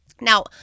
Now